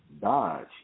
Dodge